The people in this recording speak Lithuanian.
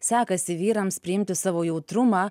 sekasi vyrams priimti savo jautrumą